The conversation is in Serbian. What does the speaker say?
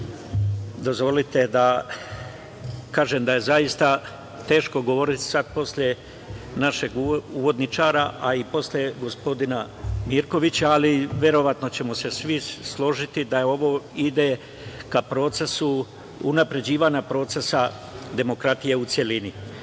dozvolite da kažem da je zaista teško govoriti posle našeg uvodničara, a i posle gospodina Mirkovića. Verovatno ćemo se svi složiti da ovo ide ka unapređenju procesa demokratije u celini. Nije